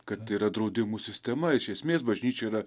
kad tai yra draudimų sistema iš esmės bažnyčia yra